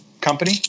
company